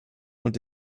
und